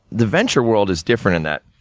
the venture world is different, in that